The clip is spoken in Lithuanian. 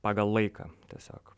pagal laiką tiesiog